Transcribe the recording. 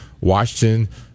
Washington